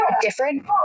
different